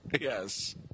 Yes